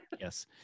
Yes